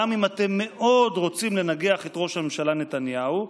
גם אם אתם מאוד רוצים לנגח את ראש הממשלה נתניהו,